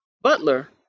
Butler